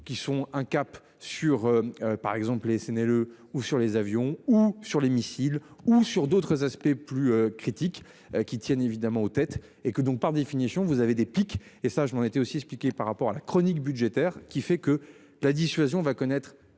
qui sont un cap sur par exemple SNLE ou sur les avions ou sur les missiles ou sur d'autres aspects, plus critique, qui tiennent évidemment tête et que donc, par définition, vous avez des pics et ça je m'en étais aussi expliquer par rapport à la chronique budgétaire qui fait que la dissuasion va connaître